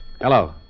Hello